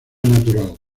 natural